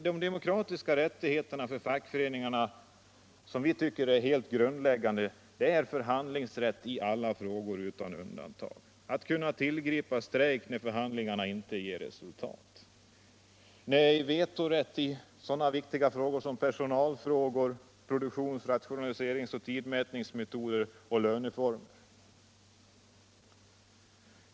De demokratiska rättigheter för fackföreningarna som vi tycker är helt grundläggande är förhandlingsrätt i alla frågor utan undantag, rätt att tillgripa strejk när förhandlingarna inte ger resultat, samt vetorätt i sådana viktiga frågor som rör personal, produktion, rationalisering, tidmätning och löneformer.